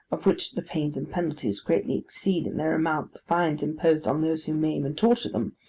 of which the pains and penalties greatly exceed in their amount the fines imposed on those who maim and torture them,